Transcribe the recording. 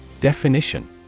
Definition